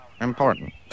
important